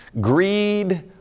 greed